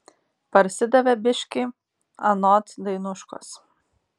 parsidavė biškį anot dainuškos